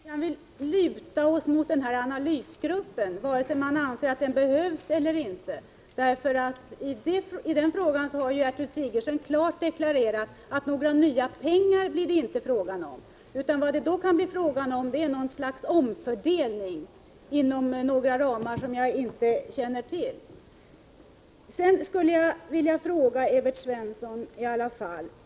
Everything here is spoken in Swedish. Herr talman! Vi kan inte luta oss mot denna analysgrupp, vare sig vi anser att den behövs eller inte. Gertrud Sigurdsen har klart deklarerat att det inte blir fråga om några nya pengar. Vad det här gäller är något slags omfördelning inom ramar som jag inte känner till. Sedan skulle jag i alla fall vilja ställa en fråga till Evert Svensson.